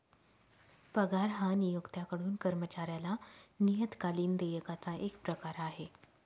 पगार हा नियोक्त्याकडून कर्मचाऱ्याला नियतकालिक देयकाचा एक प्रकार आहे